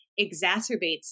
exacerbates